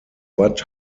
watt